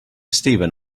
steven